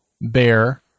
Bear